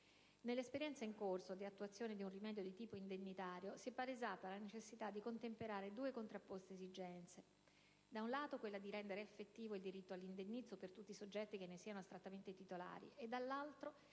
Nell'esperienza in corso, di attuazione di un rimedio di tipo indennitario, si è palesata la necessità di contemperare due contrapposte esigenze: da un lato, quella di rendere effettivo il diritto all'indennizzo per tutti i soggetti che ne siano astrattamente titolari e, dall'altro,